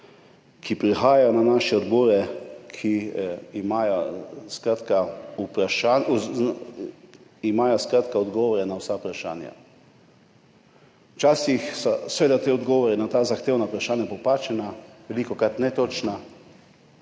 ki prihajajo na naše odbore, da imajo odgovore na vsa vprašanja. Včasih so seveda ti odgovori na ta zahtevna vprašanja popačeni, velikokrat netočni,